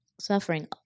suffering